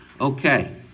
Okay